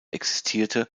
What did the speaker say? existierte